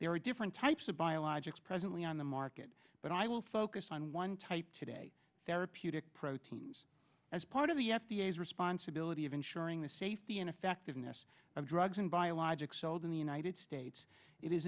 there are different types of biologics presently on the market but i will focus on one type today therapeutic proteins as part of the f d a has responsibility of ensuring the safety and effectiveness of drugs and biologic sold in the united states it is